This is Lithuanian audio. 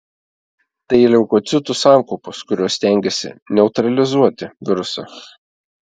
tai leukocitų sankaupos kurios stengiasi neutralizuoti virusą